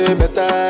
better